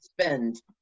spend